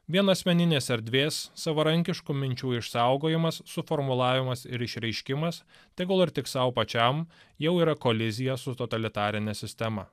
vien asmeninės erdvės savarankiškų minčių išsaugojimas suformulavimas ir išreiškimas tegul ir tik sau pačiam jau yra kolizija su totalitarine sistema